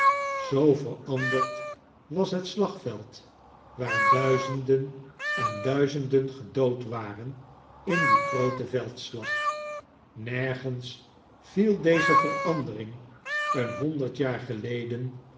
zoo verandard was het slagveld waar duizenden an duizenden gedood waren in dien grooten velds lag nergens viel deze verandering aan honderd jaar geleden